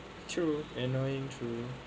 true annoying true